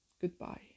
Goodbye